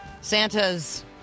Santa's